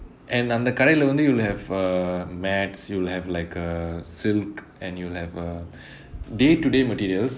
and அந்த கடைலை வந்து:antha kadailae vanthu you will have uh mats you'll have like uh silk and you'll have uh day-to-day materials